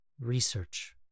research